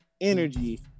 energy